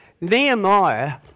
Nehemiah